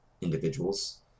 individuals